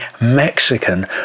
Mexican